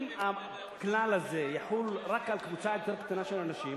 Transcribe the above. אם הכלל הזה יחול רק על קבוצה יותר קטנה של אנשים,